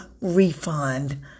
refund